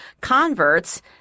converts